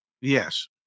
yes